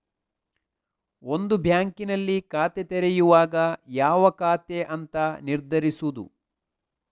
ಒಂದು ಬ್ಯಾಂಕಿನಲ್ಲಿ ಖಾತೆ ತೆರೆಯುವಾಗ ಯಾವ ಖಾತೆ ಅಂತ ನಿರ್ಧರಿಸುದು